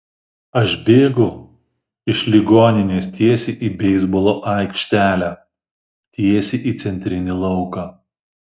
aš bėgu iš ligoninės tiesiai į beisbolo aikštelę tiesiai į centrinį lauką